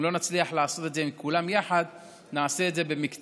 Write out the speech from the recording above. אם לא נצליח לעשות את זה עם כולם יחד נעשה את זה במקטעים,